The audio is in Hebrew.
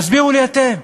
תסבירו לי אתם.